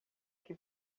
que